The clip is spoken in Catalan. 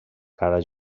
cada